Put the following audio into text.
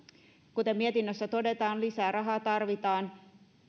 kuten mietinnössä todetaan lisää rahaa tarvitaan